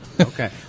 Okay